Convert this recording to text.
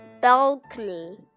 balcony